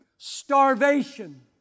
starvation